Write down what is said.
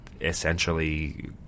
essentially